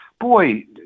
boy